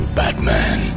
batman